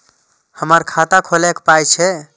हमर खाता खौलैक पाय छै